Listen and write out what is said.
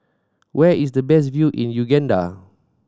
where is the best view in Uganda